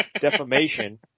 defamation